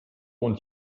und